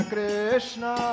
Krishna